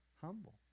humble